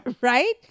right